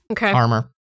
armor